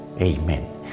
Amen